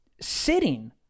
sitting